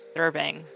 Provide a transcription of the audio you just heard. Disturbing